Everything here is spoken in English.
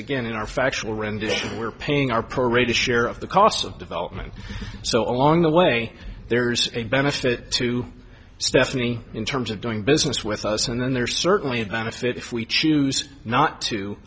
again in our factual rendition we're paying our courageous share of the costs of development so along the way there's a benefit to stephanie in terms of doing business with us and then there's certainly a benefit if we choose not to